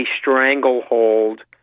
stranglehold